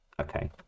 Okay